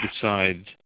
decide